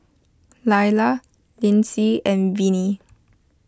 Laila Linsey and Vinnie